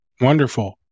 Wonderful